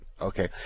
Okay